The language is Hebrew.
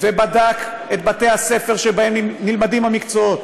ובדק את בתי-הספר שבהם נלמדים המקצועות,